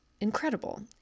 incredible